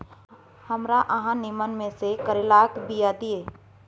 हमरा अहाँ नीमन में से करैलाक बीया दिय?